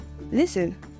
Listen